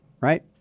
right